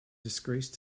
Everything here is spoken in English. disgrace